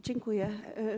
Dziękuję.